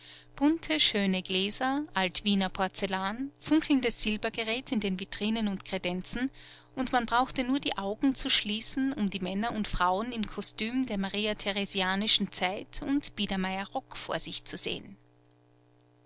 bunte schöne gläser altwiener porzellan funkelndes silbergerät in den vitrinen und kredenzen und man brauchte nur die augen zu schließen um die männer und frauen im kostüm der maria theresianischen zeit und biedermeierrock vor sich zu sehen